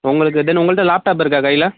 உங்களுக்கு தென் உங்கள்ட்ட லேப்டாப் இருக்கா கையில்